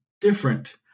different